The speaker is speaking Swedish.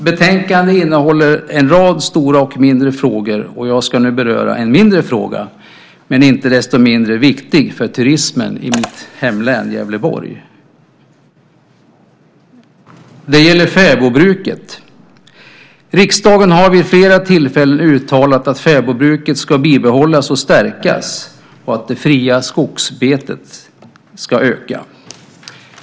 Betänkandet innehåller en rad stora och mindre frågor, och jag ska nu beröra en mindre fråga, men inte desto mindre viktig för turismen i mitt hemlän Gävleborg. Det gäller fäbodbruket. Riksdagen har vid flera tillfällen uttalat att fäbodbruket ska bibehållas och stärkas och att det fria skogsbetet ska öka.